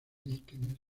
líquenes